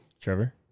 Trevor